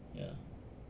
ya